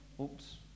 Oops